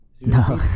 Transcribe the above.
No